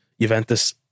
Juventus